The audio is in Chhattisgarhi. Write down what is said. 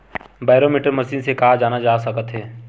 बैरोमीटर मशीन से का जाना जा सकत हे?